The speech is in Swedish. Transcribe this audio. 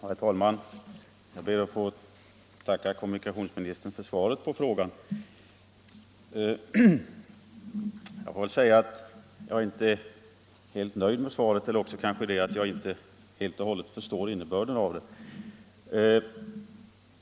Herr talman! Jag ber att få tacka kommunikationsministern för svaret på frågan. Jag är inte helt nöjd med det eller också förstod jag inte till fullo innebörden av det.